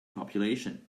population